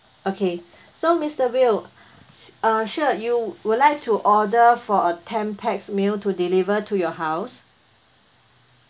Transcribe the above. okay so mister bill uh sure you would like to order for a ten pax meal to deliver to your house